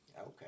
Okay